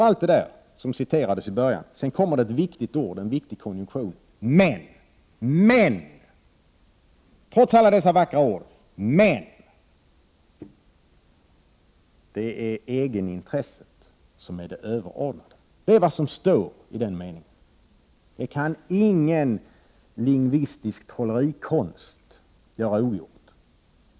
Allt det som citerades står i betänkandet, och sedan kommer det en viktig konjunktion, nämligen ”men”. Trots alla dessa vackra ord säger utskottet ”men”. Det är egenintresset som är det överordnade — det är vad som står i den meningen. Det kan ingen lingvistisk trollerikonst göra ogjort.